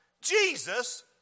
Jesus